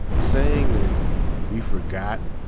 saying that we forgot